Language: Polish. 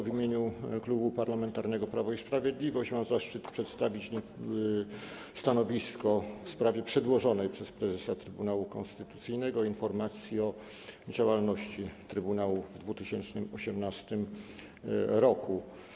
W imieniu Klubu Parlamentarnego Prawo i Sprawiedliwość mam zaszczyt przedstawić stanowisko w sprawie przedłożonej przez prezesa Trybunału Konstytucyjnego informacji o działalności trybunału w 2018 r.